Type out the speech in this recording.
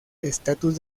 estatus